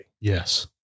Yes